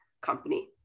company